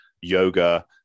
yoga